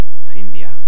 Cynthia